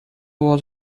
was